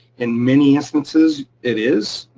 in many instances, it is.